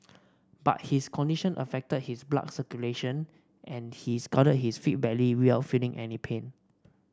but his condition affected his blood circulation and he scalded his feet badly without feeling any pain